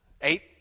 Eight